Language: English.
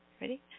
ready